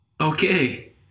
okay